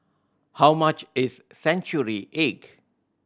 how much is century egg